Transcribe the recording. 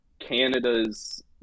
Canada's